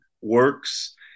works